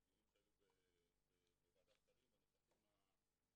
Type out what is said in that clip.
גם בדיונים שהיו בוועדת שרים בנוסחים קודמים.